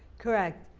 correct,